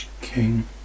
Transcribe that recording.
King